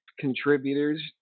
contributors